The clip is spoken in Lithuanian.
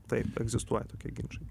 taip egzistuoja tokie ginčai